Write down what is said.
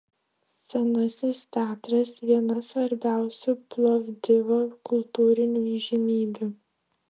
senasis teatras viena svarbiausių plovdivo kultūrinių įžymybių